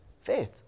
faith